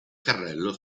carrello